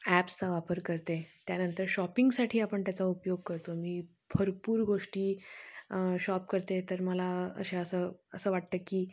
ॲप्सचा वापर करते त्यानंतर शॉपिंगसाठी आपण त्याचा उपयोग करतो मी भरपूर गोष्टी शॉप करते तर मला असे असं असं वाटतं की